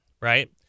right